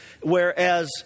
Whereas